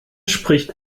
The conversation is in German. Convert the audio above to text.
spricht